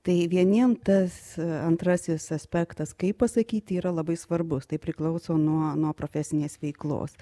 tai vieniem tas antrasis aspektas kaip pasakyti yra labai svarbus tai priklauso nuo nuo profesinės veiklos